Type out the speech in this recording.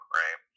right